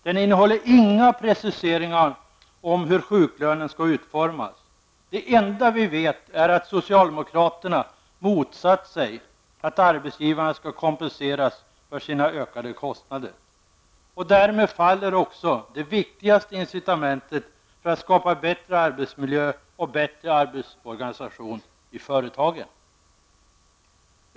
Den innehåller inga preciseringar om hur sjuklönen skall utformas. Det enda vi vet är att socialdemokraterna motsatt sig att arbetsgivarna skall kompenseras för sina ökade kostnader. Därmed faller också det viktigaste incitamentet för att skapa bättre arbetsmiljö och bättre arbetsorganisation i företagen.